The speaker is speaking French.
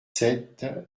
sept